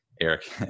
Eric